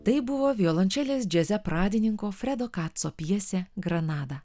tai buvo violončelės džiaze pradininko fredo kaco pjesė granada